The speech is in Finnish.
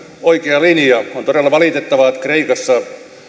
oikea linja on todella valitettavaa että kreikassa